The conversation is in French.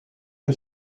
que